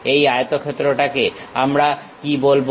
এই আয়তক্ষেত্রটাকে আমরা কি বলবো